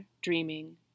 dreaming